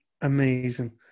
amazing